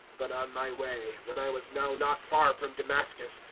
but on my way, when i was now not far from damascus,